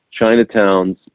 Chinatowns